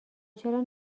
چرا